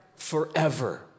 forever